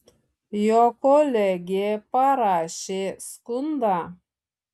jo kolegė parašė skundą